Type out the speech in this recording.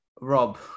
Rob